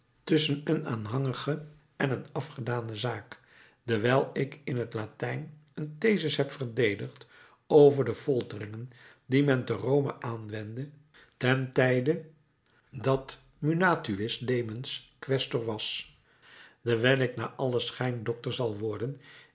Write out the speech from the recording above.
tusschen een aanhangige en een afgedane zaak dewijl ik in t latijn een thesis heb verdedigd over de folteringen die men te rome aanwendde ten tijde dat munatuis demens questor was dewijl ik naar allen schijn doctor zal worden